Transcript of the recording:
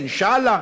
ואינשאללה,